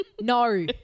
no